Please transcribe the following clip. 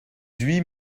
huit